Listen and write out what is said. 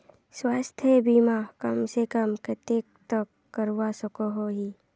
स्वास्थ्य बीमा कम से कम कतेक तक करवा सकोहो ही?